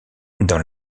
dans